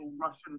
russian